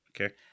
Okay